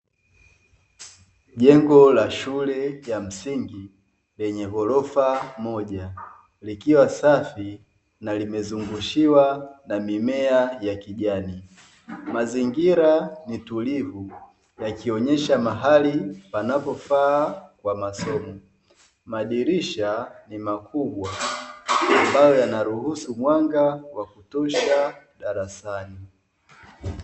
Jengo la shule ya msingi lenye ghorofa moja likiwa safi na limezungushiwa na mimea ya kijani, Mazingira ni tulivu yakionyesha mahali panapofaa kwa masomo, madisrisha ni makubwa ambayo yanaruhusu mwanga wa kutosha darasani.